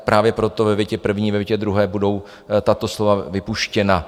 Právě proto ve větě první, ve větě druhé budou tato slova vypuštěna.